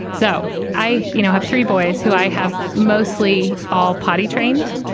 so i you know have three boys who i have mostly all potty trained,